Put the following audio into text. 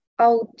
out